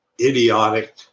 idiotic